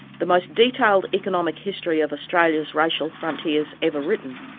the most detailed economic history of australia's racial frontiers ever written,